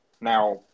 Now